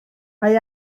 mae